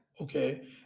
okay